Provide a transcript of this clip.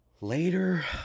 later